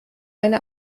eine